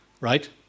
right